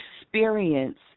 experience